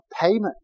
payment